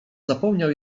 zapomniał